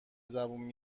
زبون